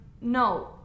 no